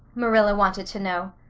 marilla wanted to know.